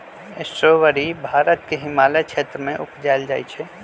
strawberry Bharat के हिमालय क्षेत्र में उपजायल जाइ छइ